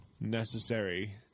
Necessary